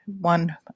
one